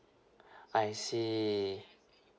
I see